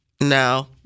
No